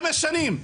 75 שנים.